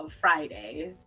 Friday